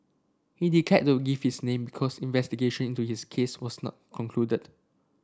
he declined to give his name because investigation into his case was not concluded